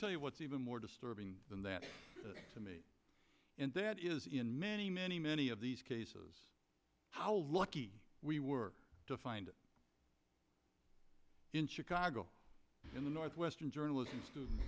tell you what's even more disturbing than that to me and that is in many many many of these cases how lucky we were to find in chicago in the north western journalis